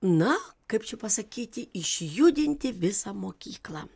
na kaip čia pasakyti išjudinti visą mokyklą